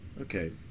Okay